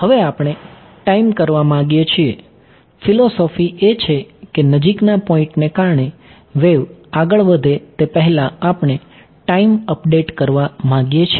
હવે આપણે ટાઈમ કરવા માંગીએ છીએ ફિલોસોફી એ છે કે નજીકના પોઈન્ટને કારણે વેવ આગળ વધે તે પહેલાં આપણે ટાઈમ અપડેટ કરવા માંગીએ છીએ